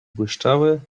błyszczały